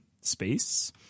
space